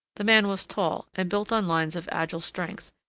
the man was tall and built on lines of agile strength,